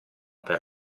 per